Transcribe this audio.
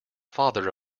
father